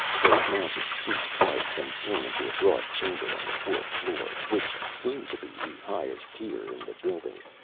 they mounted three flights and came into a broad chamber on the fourth floor, which seemed to be the highest tier in the building.